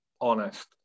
honest